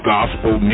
Gospel